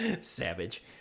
savage